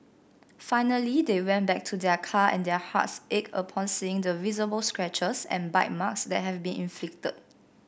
finally they went back to their car and their hearts ached upon seeing the visible scratches and bite marks that had been inflicted